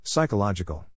Psychological